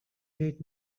read